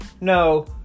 no